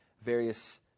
various